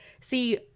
See